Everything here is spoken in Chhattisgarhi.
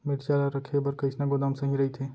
मिरचा ला रखे बर कईसना गोदाम सही रइथे?